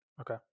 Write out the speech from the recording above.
Okay